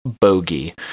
Bogey